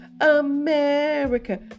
America